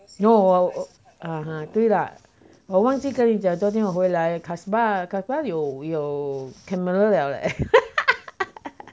no 我我 mmhmm 对啦我忘记跟你讲昨天我回来 pasar pasar 有 camera 了 leh